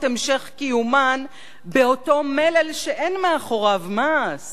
המשך קיומן באותו מלל שאין מאחוריו מעש